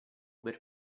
per